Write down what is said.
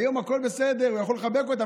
היום הכול בסדר, הוא יכול לחבק אותם.